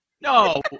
no